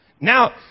Now